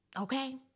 okay